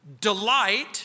delight